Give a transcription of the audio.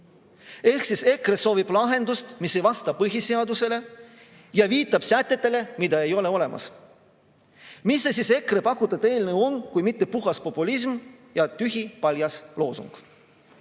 Seega EKRE soovib lahendust, mis ei vasta põhiseadusele, ja viitab sätetele, mida ei ole olemas. Mis muud siis see EKRE pakutud eelnõu on, kui mitte puhas populism ja tühipaljas loosung!